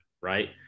right